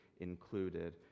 included